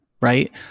Right